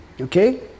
Okay